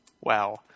Wow